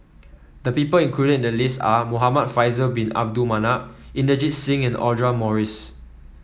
the people included in the list are Muhamad Faisal Bin Abdul Manap Inderjit Singh and Audra Morrice